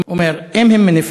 הוא אומר: אם הם מניפים,